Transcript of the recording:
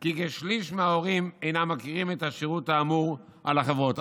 כי כשליש מההורים אינם מכירים את השירות האמור של החברות.